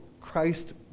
Christ